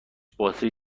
باتری